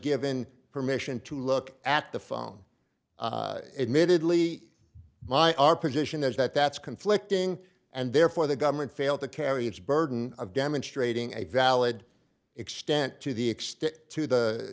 given permission to look at the phone admittedly my our position is that that's conflicting and therefore the government failed to carry its burden of demonstrating a valid extent to the extent to the